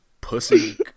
pussy